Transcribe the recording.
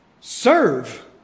Serve